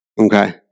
Okay